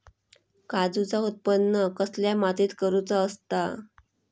काजूचा उत्त्पन कसल्या मातीत करुचा असता?